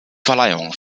verleihung